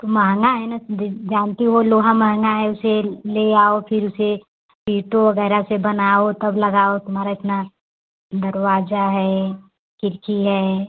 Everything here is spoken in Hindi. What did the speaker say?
तो महँगा है ना दिन जानती हो लोहा महँगा है इसे ले आओ फिर उसे ईंटों वगैरह से बनाओ तब लगाओ तुम्हारा इतना दरवाजा है खिड़की है